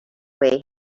way